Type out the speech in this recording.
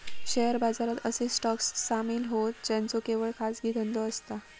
share बाजारात असे stock सामील होतं ज्यांचो केवळ खाजगी धंदो असता